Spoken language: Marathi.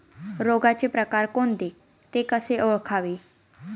रोगाचे प्रकार कोणते? ते कसे ओळखावे?